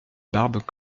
barbe